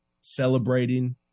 celebrating